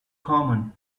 common